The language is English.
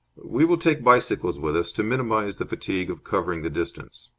we will take bicycles with us, to minimize the fatigue of covering the distance.